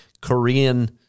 Korean